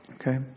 Okay